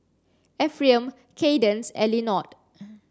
Ephriam Kaydence and Lenord